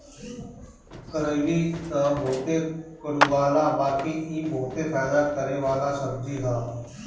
करइली तअ बहुते कड़ूआला बाकि इ बहुते फायदा करेवाला सब्जी हअ